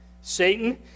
Satan